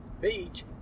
beach